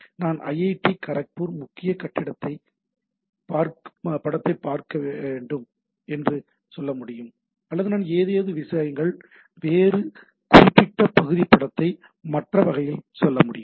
நான் ஐஐடி காரக்பூர் முக்கிய கட்டிட படத்தை வேண்டும் என சொல்ல முடியும் நேரம் பார்க்கவும் 0726 அல்லது நான் ஏதாவது விஷயங்கள் வேறு சில குறிப்பிட்ட பகுதி படத்தை மற்ற வகையில் சொல்ல முடியும்